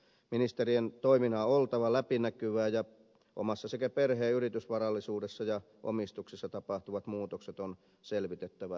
ministerien toiminnan on oltava läpinäkyvää ja omassa sekä perheen yritysvarallisuudessa ja omistuksessa tapahtuvat muutokset on selvitettävä eduskunnalle